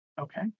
Okay